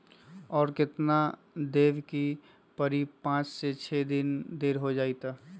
और केतना देब के परी पाँच से छे दिन देर हो जाई त?